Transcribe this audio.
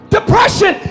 Depression